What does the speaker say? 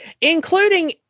including